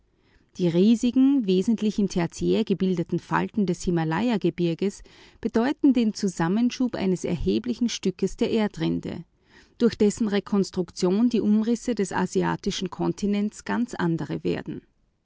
die riesigen wesentlich im tertiär gebildeten falten des himalajagebirges bedeuten den zusammenschub eines erheblichen stückes der erdrinde durch dessen rekonstruktion die umrisse des asiatischen kontinents ganz andere werden